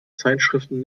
zeitschriften